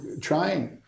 trying